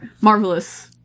marvelous